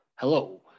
Hello